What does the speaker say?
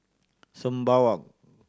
Sembawang